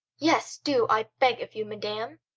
yes, do, i beg of you, madam.